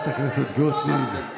אני רואה שאתם חוזרים על עצמכם,